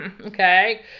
okay